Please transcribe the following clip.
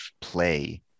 play